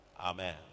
amen